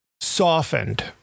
softened